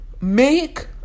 make